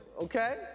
okay